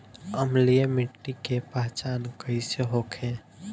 अम्लीय मिट्टी के पहचान कइसे होखे?